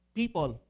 people